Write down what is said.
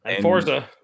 Forza